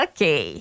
Okay